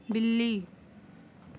ਬਿੱਲੀ